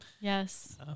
Yes